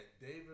David